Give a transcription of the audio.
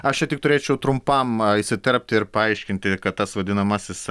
aš čia tik turėčiau trumpam įsiterpti ir paaiškinti kad tas vadinamasis